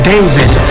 David